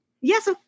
Yes